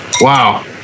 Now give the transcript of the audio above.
wow